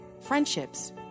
friendships